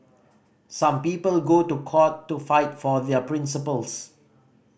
some people go to court to fight for their principles